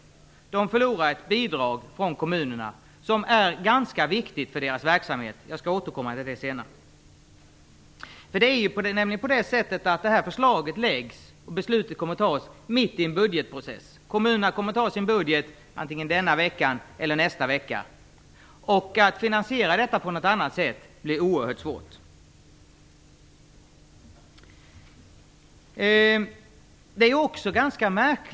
Djursjukhusen förlorar ett bidrag från kommunerna som är ganska viktigt för deras verksamhet. Jag återkommer senare till det. Beträffande detta förslag tas beslut mitt uppe i en budgetprocess. Kommunerna kommer ju att ta sina budgetar denna vecka eller nästa vecka. Att finansiera detta på annat sätt blir oerhört svårt.